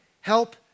Help